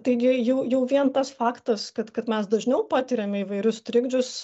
taigi jau jau vien tas faktas kad kad mes dažniau patiriame įvairius trikdžius